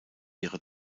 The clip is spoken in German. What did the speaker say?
ihre